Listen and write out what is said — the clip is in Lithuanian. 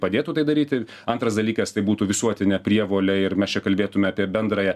padėtų tai daryti antras dalykas tai būtų visuotinė prievolė ir mes čia kalbėtume apie bendrąją